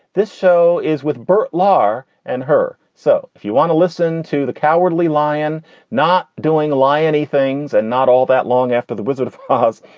this show is with burt la and her. so if you want to listen to the cowardly lion not doing lie anythings and not all that long after the wizard of oz,